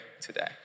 today